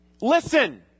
listen